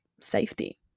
safety